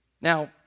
Now